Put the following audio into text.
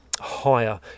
higher